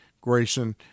Grayson